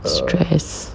stress